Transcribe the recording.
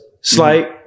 slight